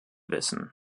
wissen